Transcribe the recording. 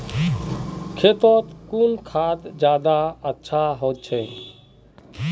खेतोत कुन खाद ज्यादा अच्छा होचे?